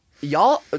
y'all